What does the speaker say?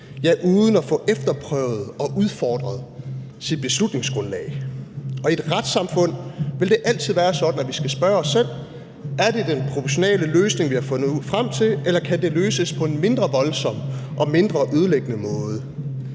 ja, uden at få efterprøvet og udfordret sit beslutningsgrundlag. Og i et retssamfund vil det altid være sådan, at vi skal spørge os selv: Er det den proportionale løsning, vi har fundet frem til, eller kan det løses på en mindre voldsom og mindre ødelæggende måde?